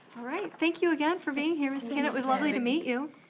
right, thank you again for being here. so and it was lovely to meet you.